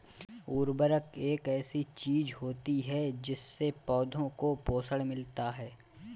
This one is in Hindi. उर्वरक एक ऐसी चीज होती है जिससे पौधों को पोषण मिलता है